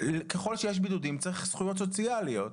ככל שיש בידודים צריך שיהיו זכויות סוציאליות,